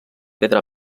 pedra